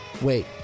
wait